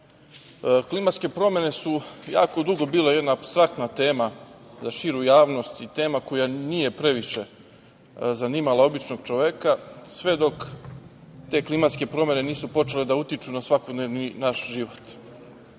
klimatske promene su jako dugo bile jedna apstraktna tema za širu javnost i tema koja nije previše zanimala običnog čoveka sve dok te klimatske promene nisu počele da utiču na svakodnevni naš život. Kao